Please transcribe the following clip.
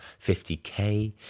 50K